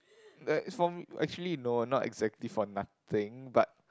uh actually no not exactly for nothing but